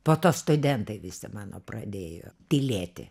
po to studentai visi mano pradėjo tylėti